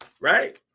right